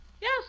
Yes